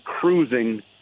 cruising